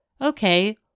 okay